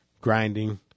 grinding